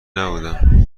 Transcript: نبودم